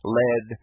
led